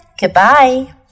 goodbye